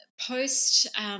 Post